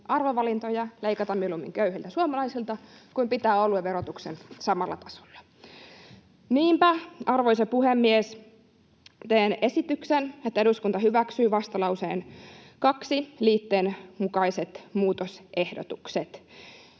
arvovalintoja leikata mieluummin köyhiltä suomalaisilta kuin pitää oluen verotuksen samalla tasolla. Niinpä, arvoisa puhemies, teen esityksen, että eduskunta hyväksyy vastalauseen 2 liitteen mukaiset muutosehdotukset.